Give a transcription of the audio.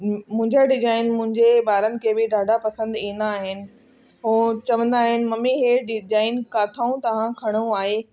मुंहिंजा डिजाइन मुंहिंजे ॿारनि खे बि ॾाढा पसंदि ईंदा आहिनि उहे चवंदा आहिनि ममी इहे डिजाइन कितां तव्हआं खणो आहे